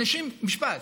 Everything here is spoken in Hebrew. משפט.